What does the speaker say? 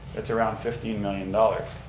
it's around fifteen million dollars,